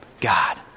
God